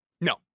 No